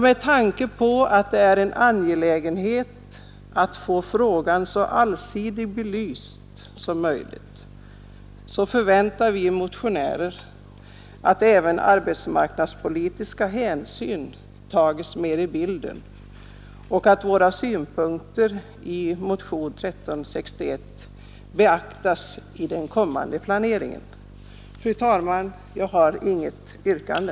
Med tanke på att det är angeläget att få frågan så allsidigt belyst som möjligt förväntar vi motionärer att även arbetsmarknadspolitiska hänsyn tas med i bilden och att våra synpunkter i motion 1361 beaktas vid den kommande planeringen. Fru talman! Jag har inget yrkande.